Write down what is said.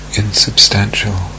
insubstantial